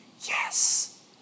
yes